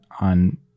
on